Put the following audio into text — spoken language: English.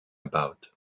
about